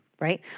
right